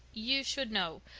you should know.